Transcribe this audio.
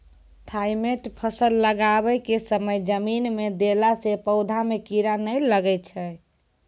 Thimet फ़सल लगाबै के समय जमीन मे देला से पौधा मे कीड़ा नैय लागै छै?